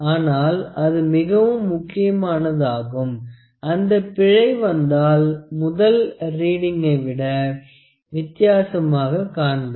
ஆனால் அது மிகவும் முக்கியமானதாகும் அந்த பிழை வந்தாள் முதல் ரீடிங்கை விட வித்தியாசமாக காண்பிக்கும்